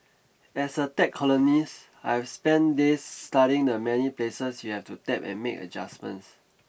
as a tech columnist I've spent days studying the many places you have to tap and make adjustments